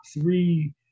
three